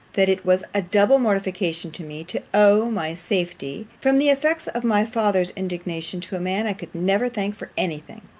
that it was a double mortification to me to owe my safety from the effects of my father's indignation to a man i could never thank for any thing.